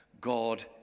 God